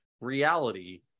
reality